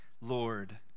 Lord